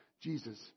jesus